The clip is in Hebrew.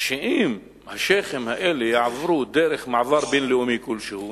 שאם השיח'ים האלה יעברו דרך מעבר בין-לאומי כלשהו,